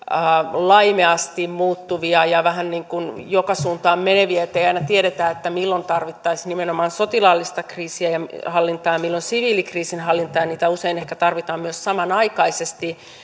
laimeasti muuttuvia ja vähän joka suuntaan meneviä niin ettei aina tiedetä milloin tarvittaisiin nimenomaan sotilaallista kriisinhallintaa ja milloin siviilikriisinhallintaa niitä usein ehkä tarvitaan myös samanaikaisesti